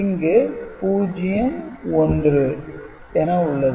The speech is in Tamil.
இங்கு 0 1 என உள்ளது